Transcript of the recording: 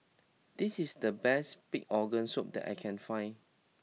this is the best Pig Organ Soup that I can find